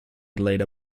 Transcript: leader